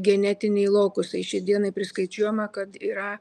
genetiniai lokusai šiai dienai priskaičiuojama kad yra